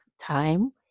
time